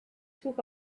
took